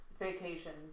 vacations